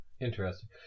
interesting